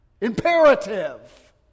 Imperative